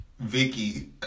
Vicky